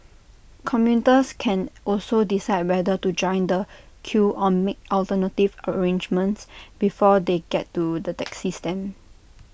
commuters can also decide whether to join the queue or make alternative arrangements before they get to the taxi stand